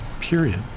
Period